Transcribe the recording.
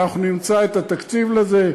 ואנחנו נמצא את התקציב לזה,